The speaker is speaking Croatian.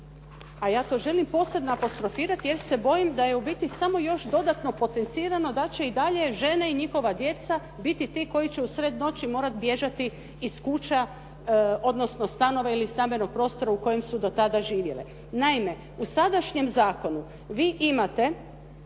a ja to želim posebno apostrofirati jer se bojim da je u biti samo još dodatno potencirano, da će i dalje žene i njihova djeca biti ti koji će usred noći morati bježati iz kuća odnosno stanova ili stambenog prostora u kojem su do tada živjeli. Naime, u sadašnjem zakonu vi imate